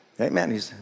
Amen